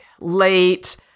late